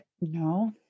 no